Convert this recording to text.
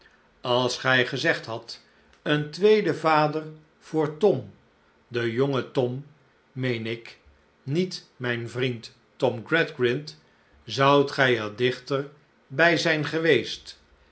als gij gezegd hadt een tweede vader voor tom den jongen tom meen ik niet mijn vriend tom gradgrind zoudt gij er dichter bij zijn geweest